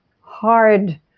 hard